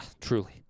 truly